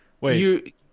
Wait